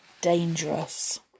dangerous